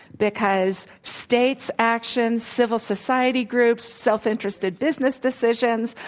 because states' actions, civil society groups, self-interested business decisions,